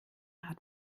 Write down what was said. hat